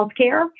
healthcare